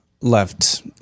left